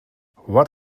what